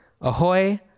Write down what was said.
Ahoy